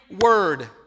word